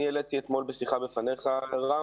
אני העליתי אתמול בשיחה לפניך רם